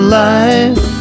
life